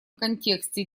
контексте